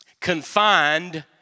confined